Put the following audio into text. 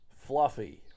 Fluffy